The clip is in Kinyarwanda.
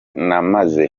namaze